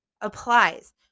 Applies